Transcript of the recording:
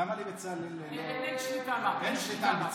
למה לבצלאל לא, אין שליטה על בצלאל.